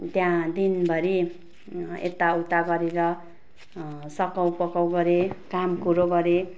त्यहाँ दिनभरि यता उता गरेर सघाउ पगाउ गरेँ काम कुरो गरेँ